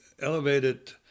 elevated